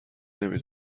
نمی